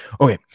Okay